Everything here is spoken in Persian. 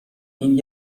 این